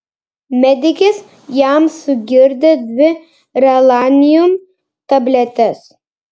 medikės jam sugirdė dvi relanium tabletes